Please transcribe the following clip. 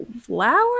flower